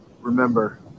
Remember